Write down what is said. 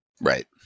Right